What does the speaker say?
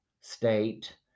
state